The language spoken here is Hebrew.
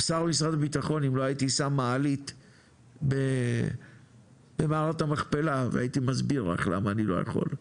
אם לא הייתי שם מעלית במערת המכפלה והייתי מסביר לך למה אני לא יכול,